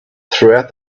throughout